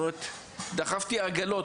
אפילו דחפתי עגלות,